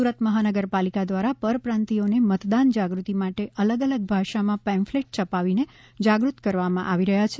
સુરત મહાનગરપાલીકા દ્વારા પરપ્રાંતિયોને મતદાન જાગૃતિ માટે અલગ અલગ ભાષામાં પેમ્ફલેટ છપાવીને જાગૃત્ત કરવામાં આવી રહ્યા છે